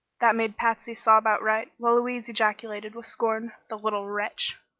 that made patsy sob outright, while louise ejaculated, with scorn the little wretch!